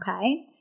okay